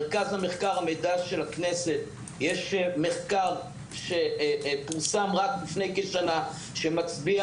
למרכז המחקר והמידע של הכנסת יש מחקר שפורסם רק לפני כשנה שמצביע